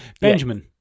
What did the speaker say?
Benjamin